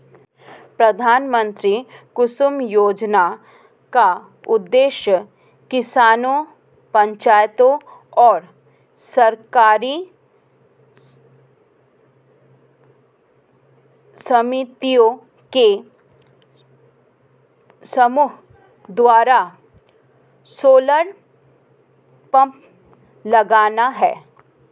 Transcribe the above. प्रधानमंत्री कुसुम योजना का उद्देश्य किसानों पंचायतों और सरकारी समितियों के समूह द्वारा सोलर पंप लगाना है